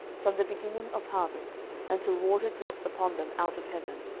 from the beginning of harvest until water dropped upon them out of heaven,